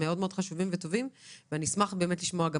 הם מאוד חשובים וטובים ואני אשמח לשמוע גם